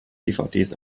dvds